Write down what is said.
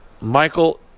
Michael